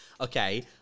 Okay